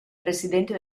presidente